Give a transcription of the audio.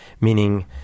meaning